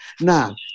Now